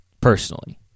personally